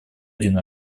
один